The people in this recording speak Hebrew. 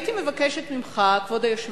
הייתי מבקשת ממך, כבוד היושב-ראש,